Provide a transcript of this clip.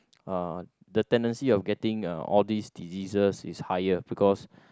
uh the tendency of getting uh all these illnesses is higher because